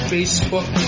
Facebook